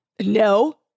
No